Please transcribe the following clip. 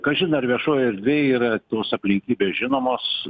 kažin ar viešoj erdvėj yra tos aplinkybės žinomos